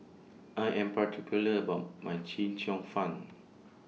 I Am particular about My Chee Cheong Fun